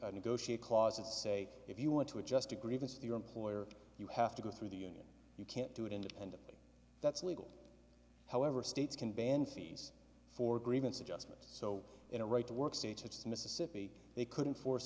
negotiate clauses say if you want to adjust a grievance your employer you have to go through the union you can't do it independently that's illegal however states can ban fees for agreements adjustments so in a right to work states it's mississippi they couldn't force